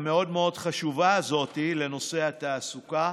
המאוד-מאוד חשובה הזאת לנושא התעסוקה,